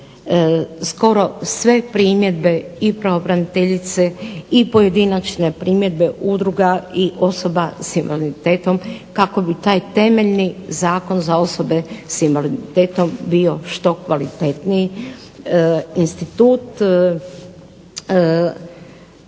skoro sve primjedbe i pravobraniteljice i pojedinačne primjedbe udruga i osoba sa invaliditetom kako bi taj temeljni zakon za osobe sa invaliditetom bio što kvalitetniji. Institut